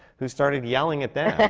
who started yelling at them.